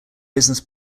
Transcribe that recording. business